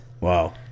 Wow